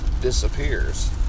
disappears